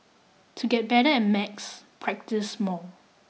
to get better at maths practise more